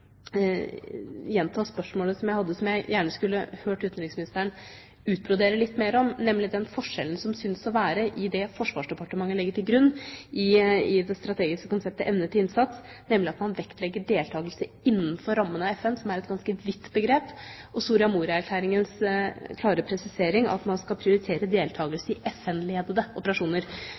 gjenta spørsmålet jeg hadde. Jeg skulle gjerne hørt utenriksministeren utbrodere litt mer om den forskjellen som syns å være i det Forsvarsdepartementet legger til grunn i det strategiske konseptet Evne til innsats, nemlig at man vektlegger deltakelse innenfor rammen av FN, som er et ganske vidt begrep, og Soria Moria-erklæringens klare presisering av at man skal prioritere deltakelse i FN-ledede operasjoner.